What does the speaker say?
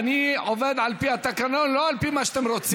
מה איתי?